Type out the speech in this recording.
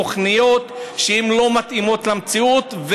תוכניות שלא מתאימות למציאות,